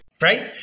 Right